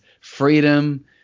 freedom